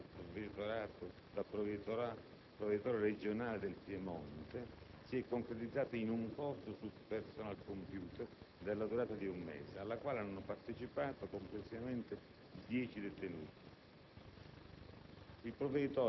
così come è riferito dal provveditore regionale del Piemonte, si è concretizzata in un corso su *personal computer* della durata di un mese, al quale hanno partecipato complessivamente 10 detenuti.